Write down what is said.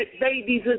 babies